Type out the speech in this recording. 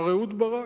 מר אהוד ברק,